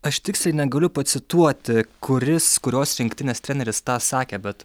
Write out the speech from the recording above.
aš tiksliai negaliu pacituoti kuris kurios rinktinės treneris tą sakė bet